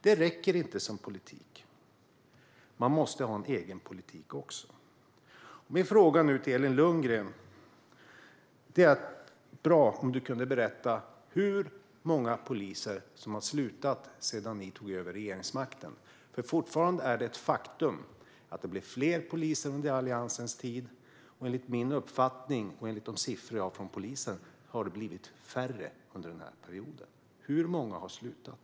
Det räcker inte som politik. Man måste också ha en egen politik. Det vore bra om Elin Lundgren kunde berätta hur många poliser som har slutat sedan ni tog över regeringsmakten. Det är fortfarande ett faktum att det blev fler poliser under Alliansens tid, och enligt min uppfattning och enligt de siffror jag har från polisen har det blivit färre under den här perioden. Hur många har slutat?